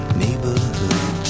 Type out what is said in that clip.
neighborhood